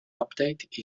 update